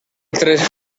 tres